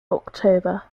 october